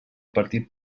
partit